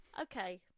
Okay